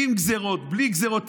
עם גזרות, בלי גזרות.